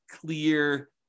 clear